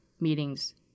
meetings